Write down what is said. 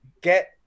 get